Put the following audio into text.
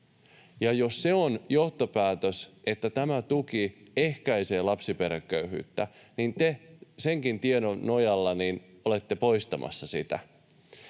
jos se on johtopäätös, että tämä tuki ehkäisee lapsiperheköyhyyttä, niin te senkin tiedon nojalla olette poistamassa sitä.